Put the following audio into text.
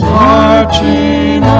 marching